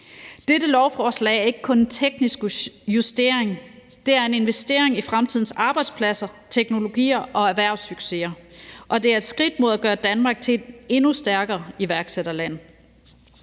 Dette lovforslag er ikke kun en teknisk justering, men det er også en investering i fremtidens arbejdspladser, teknologier og erhvervssucceser, og det er et skridt mod at gøre Danmark til et endnu stærkere iværksætterland.